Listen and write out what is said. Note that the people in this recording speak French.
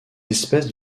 espèces